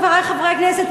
חברי חברי הכנסת,